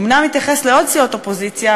אומנם הוא התייחס לעוד סיעות אופוזיציה,